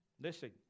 Listen